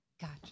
Gotcha